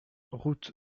route